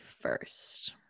first